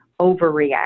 overreact